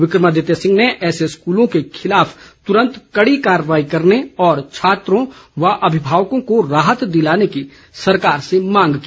विक्रमादित्य सिंह ने ऐसे स्कूलों के खिलाफ तुरंत कड़ी कार्रवाई करने तथा छात्रों तथा अभिभावकों को राहत दिलाने की सरकार से मांग की